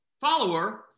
follower